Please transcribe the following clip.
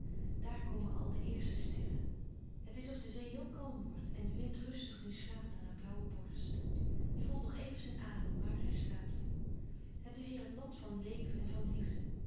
daar komen al de eerste sterren het is of de zee heel kalm wordt en de wind rustig nu slaapt aan haar blauwe borst je voelt nog even zijn adem maar hij slaapt het is hier het land van leven en van liefde